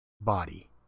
body